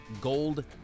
gold